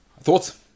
Thoughts